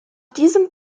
diesem